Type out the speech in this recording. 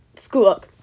school